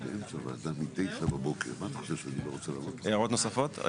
הערות נוספות?